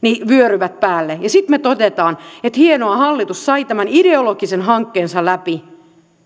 vyöryvät päälle ja sitten me toteamme että hienoa hallitus sai tämän ideologisen hankkeensa läpi